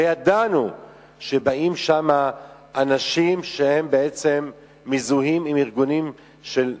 וידענו שבאים לשם אנשים שבעצם מזוהים עם ארגונים של טרור,